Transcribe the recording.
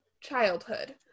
childhood